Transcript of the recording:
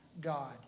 God